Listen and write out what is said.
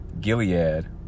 Gilead